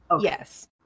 Yes